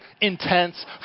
intense